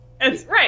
Right